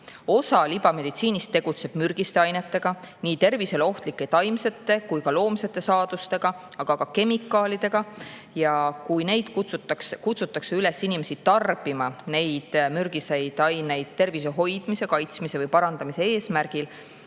Osa libameditsiinist tegutseb mürgiste ainetega, nii tervisele ohtlike taimsete ja loomsete saadustega kui ka kemikaalidega. Ja kui kutsutakse inimesi üles tarbima neid mürgiseid aineid tervise hoidmise, kaitsmise või parandamise eesmärgil,